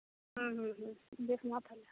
ᱦᱩᱸ ᱦᱩᱸ ᱦᱩᱸ ᱵᱮᱥ ᱢᱟ ᱛᱟᱦᱚᱞᱮ